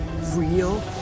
real